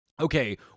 Okay